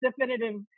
definitive